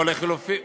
באמת באמת?